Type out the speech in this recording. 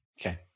Okay